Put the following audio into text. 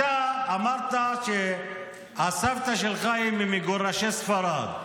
אתה אמרת שהסבתא שלך היא ממגורשי ספרד.